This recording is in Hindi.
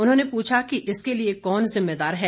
उन्होंने पूछा कि इसके लिए कौन जिम्मेदार है